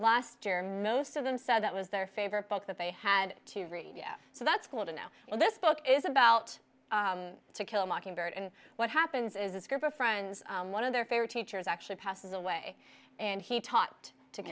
last year most of them said that was their favorite book that they had to read so that's cool to know this book is about to kill a mockingbird and what happens is this group of friends one of their favorite teachers actually passes away and he taught to